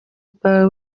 bwawe